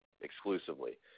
exclusively